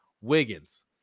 Wiggins